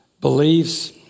beliefs